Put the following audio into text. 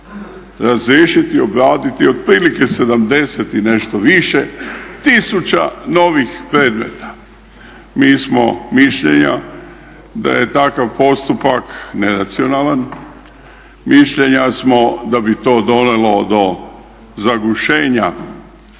razriješiti i obraditi otprilike 70 i nešto više tisuća novih predmeta. Mi smo mišljenja da je takav postupak neracionalan, mišljenja smo da bi to dovelo do zagušenja